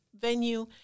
venue